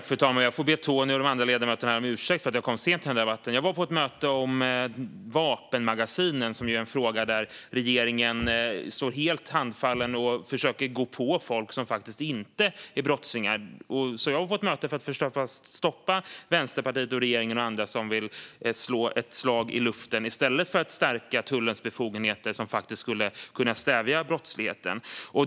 Fru talman! Jag får be Tony och de andra ledamöterna om ursäkt för att jag kom sent till debatten. Jag var på ett möte om vapenmagasinen. Det är en fråga där regeringen står helt handfallen och försöker gå på folk som faktiskt inte är brottslingar. Jag var på mötet för att försöka stoppa Vänsterpartiet, regeringen och andra som vill slå ett slag i luften i stället för att stärka tullens befogenheter, vilket skulle kunna stävja brottsligheten.